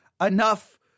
enough